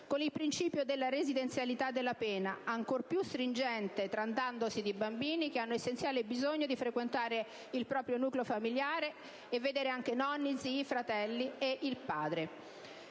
con il principio della residenzialità della pena, ancor più stringente trattandosi di bambini che hanno essenziale bisogno di frequentare il proprio nucleo familiare e vedere anche nonni, zii, fratelli e il padre.